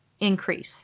increase